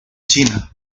china